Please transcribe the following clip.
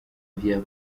vya